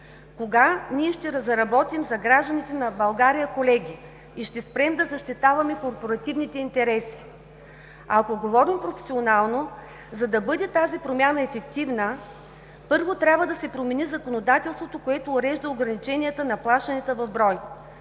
кога ще заработим за гражданите на България и ще спрем да защитаваме корпоративните интереси? Ако говорим професионално, за да бъде тази промяна ефективна, първо, трябва да се промени законодателството, което урежда ограниченията на плащанията в брой.